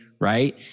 Right